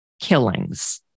killings